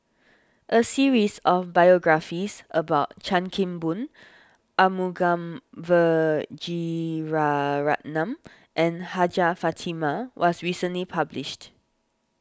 a series of biographies about Chan Kim Boon Arumugam Vijiaratnam and Hajjah Fatimah was recently published